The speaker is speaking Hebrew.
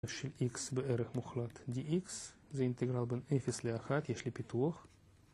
של x בערך מוחלט dx, זה אינטגרל בין אפס לאחת, יש לי פיתוח.